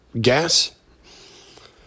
gas